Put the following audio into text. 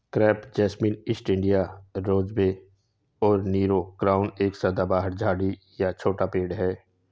crepe jasmine, East India rosebay और Nero crown एक सदाबहार झाड़ी या छोटा पेड़ है